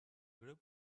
group